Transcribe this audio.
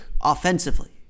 offensively